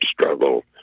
struggle